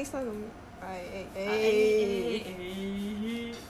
ah eh eh eh !hey! almost regret ya